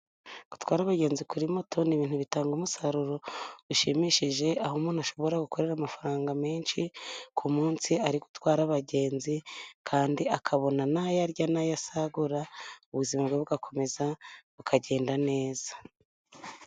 Gutwara abagenzi kuri moto ni ibintu bitanga umusaruro ushimishije, aho umuntu ashobora gukorera amafaranga menshi ku munsi ari gutwara abagenzi, kandi akabona n'ayo arya, n'ayo asagura, ubuzima bwe bugakomeza bukagenda neza.